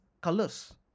colors